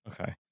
Okay